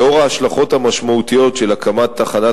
לנוכח ההשלכות המשמעותיות של הקמת תחנת